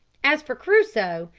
as for crusoe,